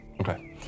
Okay